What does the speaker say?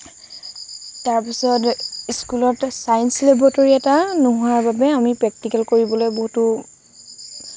তাৰপিছত স্কুলত science laboratory এটা নোহোৱাৰ বাবে আমি প্ৰেক্টিকেল কৰিবলৈ বহুতো